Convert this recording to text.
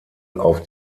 auf